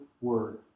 word